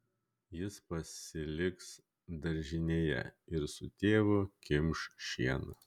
jis pasiliks daržinėje ir su tėvu kimš šieną